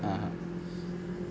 (uh huh)